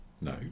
No